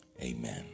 Amen